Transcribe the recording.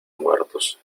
muertos